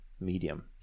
medium